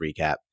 recap